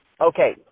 Okay